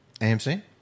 AMC